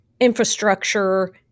infrastructure